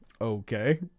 Okay